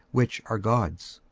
which are god's.